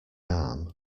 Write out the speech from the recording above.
arm